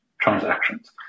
transactions